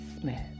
Smith